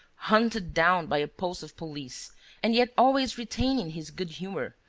hunted down by a posse of police and yet always retaining his good humour,